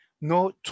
no